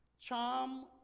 Charm